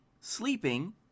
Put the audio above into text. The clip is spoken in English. sleeping